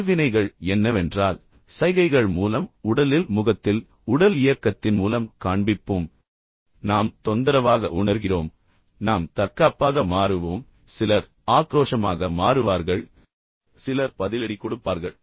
எனவே எதிர்வினைகள் என்னவென்றால் சைகைகள் மூலம் உடலில் முகத்தில் உடல் இயக்கத்தின் மூலம் காண்பிப்போம் நாம் தொந்தரவாக உணர்கிறோம் நாம் தற்காப்பாக மாறுவோம் சிலர் ஆக்ரோஷமாக மாறுவார்கள் சிலர் பதிலடி கொடுப்பார்கள்